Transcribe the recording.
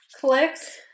clicks